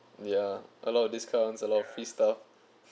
ya a lot of discounts a lot of free stuff